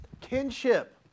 Kinship